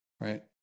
Right